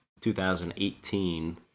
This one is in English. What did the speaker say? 2018